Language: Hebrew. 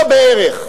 לא בערך.